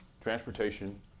transportation